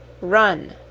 run